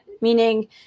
meaning